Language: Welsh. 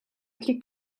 allu